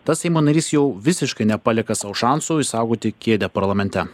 tas seimo narys jau visiškai nepalieka sau šansų išsaugoti kėdę parlamente